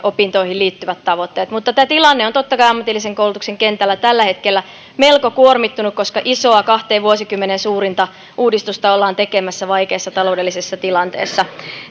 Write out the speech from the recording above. opintoihin liittyvät tavoitteet mutta tämä tilanne on totta kai ammatillisen koulutuksen kentällä tällä hetkellä melko kuormittunut koska isoa kahteen vuosikymmeneen suurinta uudistusta ollaan tekemässä vaikeassa taloudellisessa tilanteessa